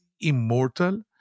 immortal